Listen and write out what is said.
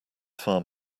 farm